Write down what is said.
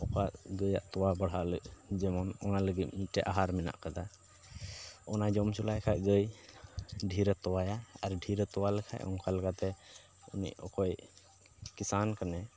ᱚᱠᱟ ᱜᱟᱹᱭᱟᱜ ᱛᱳᱣᱟ ᱵᱟᱲᱦᱟᱣ ᱞᱟᱹᱜᱤᱫ ᱡᱮᱢᱚᱱ ᱚᱱᱟ ᱞᱟᱹᱜᱤᱫ ᱢᱤᱫᱴᱮᱱ ᱟᱦᱟᱨ ᱢᱮᱱᱟᱜ ᱠᱟᱫᱟ ᱚᱱᱟ ᱡᱚᱢ ᱦᱚᱪᱚ ᱞᱮᱠᱷᱟᱡ ᱜᱟᱹᱭ ᱰᱷᱮᱹᱨ ᱮ ᱛᱳᱣᱟᱭᱟ ᱟᱨ ᱰᱷᱮᱹᱨ ᱮ ᱛᱚᱣᱟᱭᱟ ᱟᱨ ᱰᱷᱮᱹᱨ ᱮ ᱛᱳᱣᱟ ᱞᱮᱠᱷᱟᱡ ᱚᱱᱠᱟ ᱞᱮᱠᱟᱛᱮ ᱩᱱᱤ ᱚᱠᱚᱭ ᱠᱤᱥᱟᱱ ᱠᱟᱱᱟᱭ